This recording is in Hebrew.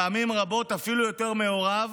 פעמים רבות אפילו יותר מהוריו